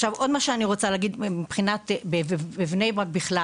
עכשיו עוד מה שאני רוצה להגיד מבחינת בבני ברק בכלל